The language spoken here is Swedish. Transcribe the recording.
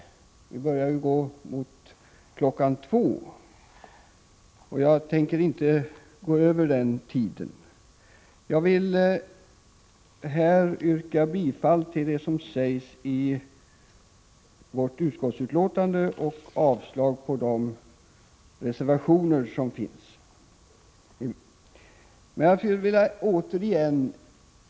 Klockan börjar närma sig 14.00 då ärendebehandlingen skall sluta, och jag tänker inte överskrida den tidpunkten. Jag yrkar bifall till utskottets hemställan och avslag på de reservationer som fogats till betänkandet.